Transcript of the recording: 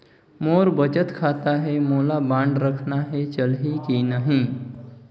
मोर बचत खाता है मोला बांड रखना है चलही की नहीं?